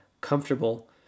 comfortable